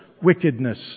Wickedness